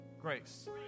grace